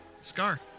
Scar